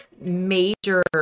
major